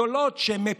הבין שר המשפטים,